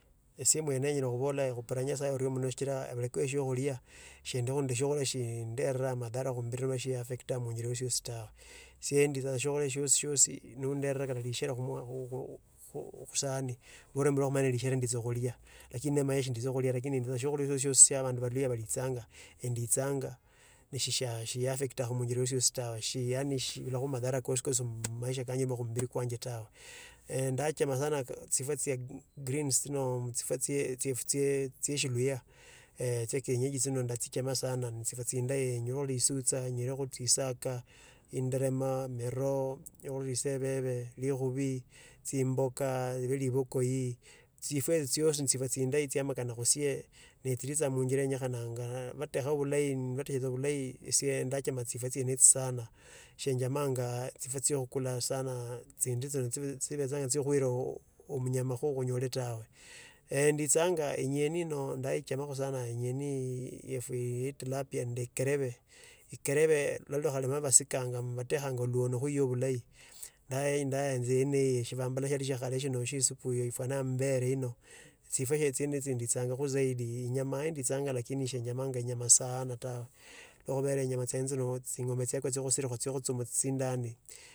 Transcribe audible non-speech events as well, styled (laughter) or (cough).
Ise mwene nyala khubora ekhupila nyasaye orio mno sichila elubeka we siokhulia shindukho nesiokhulia shinderera mandhara kumubili inamba chinia affectia muinjila yosi tawe ise ndicha sio khulia syosisyosi noenderera kata lushela (hesitation) khu khu khu khusahani. Norambile ne esiokhula lakini siokhulia syosi sya baluhya balichanga shiniafectanga muinjila yosi tawe yani shibulakho madata kosikosi mmaisha kanje namba mubili kwanje tawe (hesitation) eeh ndachama sana chifwa chya (hesitation) greens chino chifwa chie chie (hesitation) chiyefwe chino chyeshuluhya eeh chia kienyeji sindo ndachichama sana nechifwa chindayi inyilekho lisucha inajilekho chisaka inderemma miroo isebebe likhubi chimboka libokoi chifwa icho chyosi nachibaa chindayi chia amakana kesie nechikicha muinjila yenyekhana batekha bulay iin bateka bulayii isie ndachama chifwa chiro sana chye (unintelligible) khiula omunyama kho khunyole tawe. (hesitation) eeh ndichanga enyeni no ndaichamakho sana engeni yefweee yatilapia nende kerebe. Ekerebe lolo khalibabasikanga batekhanga lwo kho luira bulayi. Ndai ndayanza yene eyo shibambala shiaba shia khale ishie supu ye efwana ambele ino, chifwa chino nduchanga zaidi enyama ndichunga lakini sechamanga enyama sana ta siula enyama (unintelligible) (hesitation) chisindani.